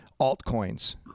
altcoins